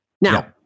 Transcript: Now